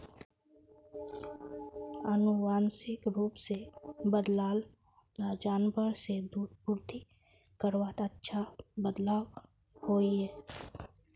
आनुवांशिक रूप से बद्लाल ला जानवर से दूध पूर्ति करवात अच्छा बदलाव होइए